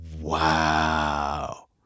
wow